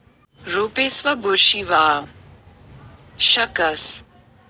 रोपेसवर बुरशी वाढू शकस